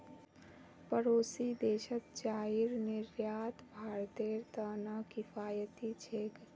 पड़ोसी देशत चाईर निर्यात भारतेर त न किफायती छेक